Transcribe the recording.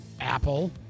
Apple